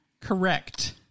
Correct